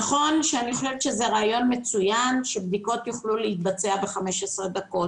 נכון שאני חושבת שזה רעיון מצוין שבדיקות יוכלו להתבצע ב-15 דקות,